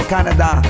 Canada